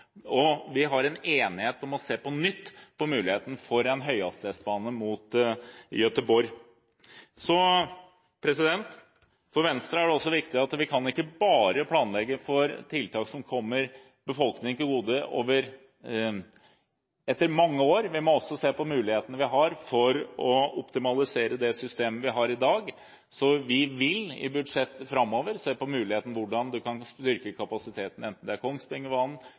Ringeriksbanen. Vi har en enighet om på nytt å se på muligheten for en høyhastighetsbane mot Gøteborg. For Venstre er det også viktig at vi ikke bare kan planlegge for tiltak som kommer befolkningen til gode etter mange år. Vi må også se på mulighetene vi har for å optimalisere det systemet vi har i dag. Vi vil i budsjettene framover se på muligheten for hvordan man kan styrke kapasiteten, enten det er